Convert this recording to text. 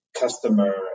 customer